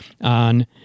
on